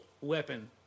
weapon